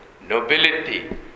nobility